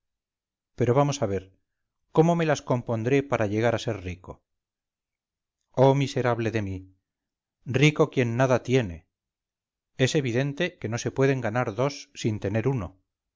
pero vamos a ver cómo me las compondré para llegar a ser rico oh miserable de mí rico quien nada tiene es evidente que no se pueden ganar dos sin tener uno